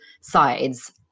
sides